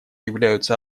являются